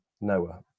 noah